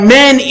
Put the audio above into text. men